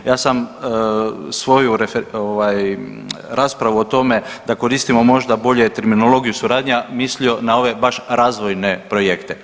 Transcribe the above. Ja sam svoju ovaj raspravu o tome da koristimo možda bolje terminologiju suradnja mislio na ove baš razvojne projekte.